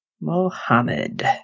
Mohammed